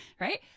right